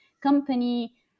company